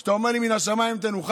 אתה אומר לי "מהשמיים תנוחמו"?